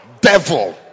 Devil